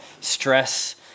stress